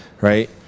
right